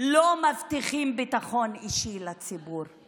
לא מבטיחים ביטחון אישי לציבור,